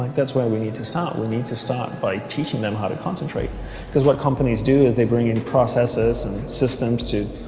that's why we need to start we need to start by teaching them how to concentrate because what companies do is they bring in processes and systems to